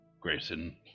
Grayson